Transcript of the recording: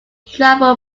travel